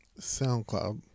SoundCloud